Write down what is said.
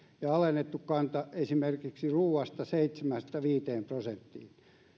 ja alennettu kanta esimerkiksi ruuasta seitsemästä viiteen prosenttiin